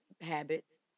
habits